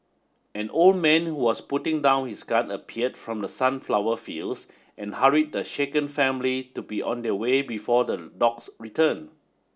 an old man was putting down his gun appeared from the sunflower fields and hurried the shaken family to be on their way before the dogs return